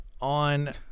On